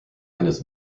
eines